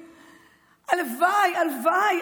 הלוואי,